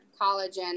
collagen